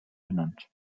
benannt